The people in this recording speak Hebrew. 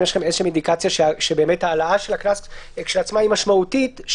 האם יש לכם איזו אינדיקציה שבאמת ההעלאה של הקנס משמעותית לאכיפה?